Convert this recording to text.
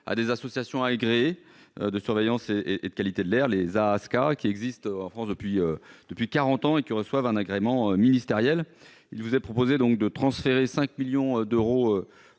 à des associations agréées de surveillance et et de qualité de l'air, les AASQA, qui existe en France depuis, depuis 40 ans et qui reçoivent un agrément ministériel, il vous est proposé, donc de transférer 5 millions d'euros